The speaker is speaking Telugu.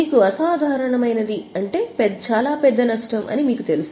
మీకు అసాధారణమైనదని అంటే చాలా పెద్ద నష్టం అని మీకు తెలుసు